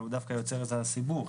אבל הוא דווקא יוצר את הסיבוך.